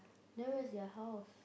then where's their house